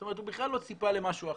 זאת אומרת הוא בכלל לא ציפה למשהו אחר.